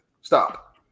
stop